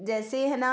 जैसे है न